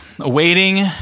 Awaiting